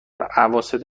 اواسط